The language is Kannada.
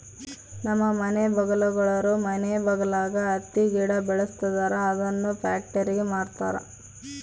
ನಮ್ಮ ಮನೆ ಬಗಲಾಗುಳೋರು ಮನೆ ಬಗಲಾಗ ಹತ್ತಿ ಗಿಡ ಬೆಳುಸ್ತದರ ಅದುನ್ನ ಪ್ಯಾಕ್ಟರಿಗೆ ಮಾರ್ತಾರ